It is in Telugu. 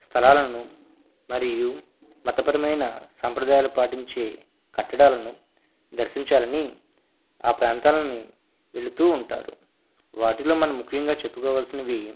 స్థలాలను మరియు మతపరమైన సాంప్రదాయాలు పాటించి కట్టడాలను దర్శించాలి అని ఆ ప్రాంతాలు అన్నీ వెళుతూ ఉంటారు వాటిలో మనం ముఖ్యంగా చెప్పుకోవాల్సినవి